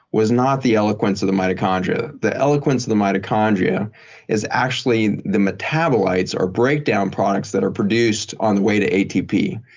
was not the eloquence of the mitochondria. the eloquence of the mitochondria is actually the metabolites or breakdown products that are produced on the way to atp.